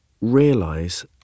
realize